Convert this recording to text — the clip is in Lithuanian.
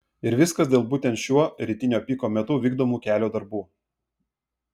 ir viskas dėl būtent šiuo rytinio piko metu vykdomų kelio darbų